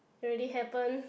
already happen